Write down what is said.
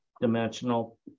dimensional